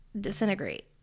disintegrate